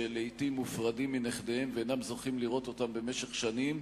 שלעתים מופרדים מנכדיהם ואינם זוכים לראות אותם במשך שנים,